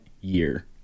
year